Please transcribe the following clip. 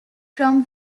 from